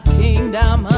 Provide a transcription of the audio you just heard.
kingdom